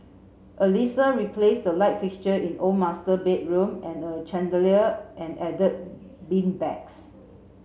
Alissa replaced the light fixture in the old master bedroom and a chandelier and add beanbags